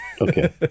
Okay